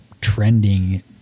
trending